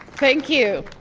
thank you.